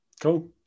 Cool